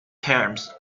terms